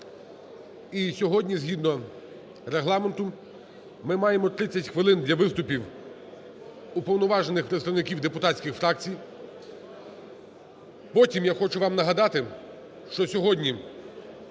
І сьогодні згідно Регламенту ми маємо 30 хвилин для виступів уповноважених представників депутатських фракцій. Потім, я хочу вам нагадати, що сьогодні